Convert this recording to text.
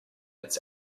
its